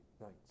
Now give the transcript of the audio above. nights